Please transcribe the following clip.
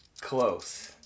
Close